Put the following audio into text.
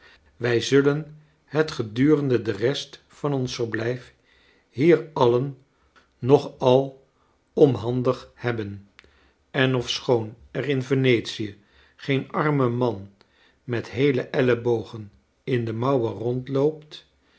wij zullen het gedurende de rest van ons verblijf hier alien nog al omhandig hebben en ofschoon er in yenetie geen arme man met heele ellebogen in de mouwen